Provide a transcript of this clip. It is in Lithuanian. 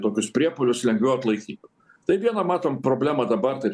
tokius priepuolius lengviau atlaikytų tai vieną matom problemą dabar taip